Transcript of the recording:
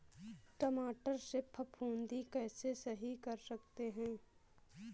टमाटर से फफूंदी कैसे सही कर सकते हैं?